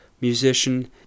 musician